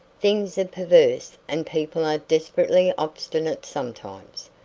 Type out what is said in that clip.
things are perverse and people are desperately obstinate sometimes.